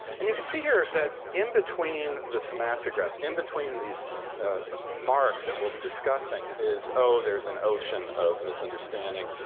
and you can see here that in-between the semasiographs, in-between these ah marks that we'll be discussing, is, oh, there's an ocean of misunderstanding.